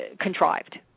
contrived